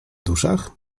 duszach